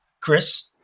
Chris